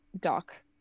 doc